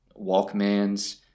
Walkmans